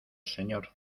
señor